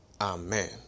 amen